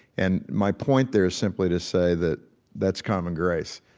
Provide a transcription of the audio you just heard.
and my point there is simply to say that that's common grace.